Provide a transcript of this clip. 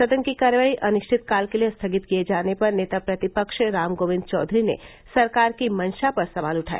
सदन की कार्यवाही अनिश्चितकाल के लिए स्थगित किए जाने पर नेता प्रतिपक्ष रामगोविंद चौधरी ने सरकार की मंशा पर सवाल उठाए